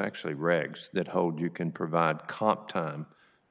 actually regs that hold you can provide comp time